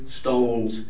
stones